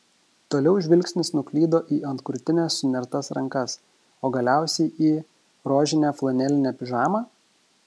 toliau žvilgsnis nuklydo į ant krūtinės sunertas rankas o galiausiai į rožinę flanelinę pižamą